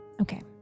Okay